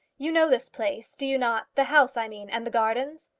you know this place, do you not the house, i mean, and the gardens?